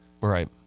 Right